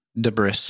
Debris